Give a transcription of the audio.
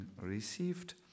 received